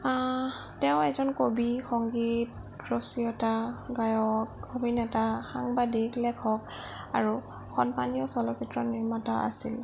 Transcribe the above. তেওঁ এজন কবি সংগীত ৰচিয়তা গায়ক অভিনেতা সাংবাদিক লেখক আৰু সন্মানীয় চলচ্চিত্ৰ নিৰ্মাতা আছিল